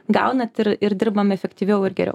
gaunat ir ir dirbam efektyviau ir geriau